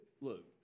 look